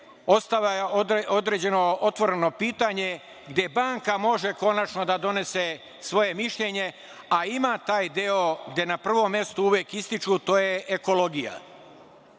ostalo je određeno otvoreno pitanje, gde banka može konačno da donese svoje mišljenje, a ima taj deo gde na prvom mestu uvek ističu, a to je ekologija.